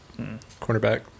Cornerback